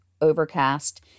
overcast